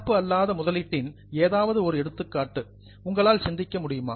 நடப்பு அல்லா முதலீட்டின் ஏதாவது ஒரு எடுத்துக்காட்டு உங்களால் சிந்திக்க முடிகிறதா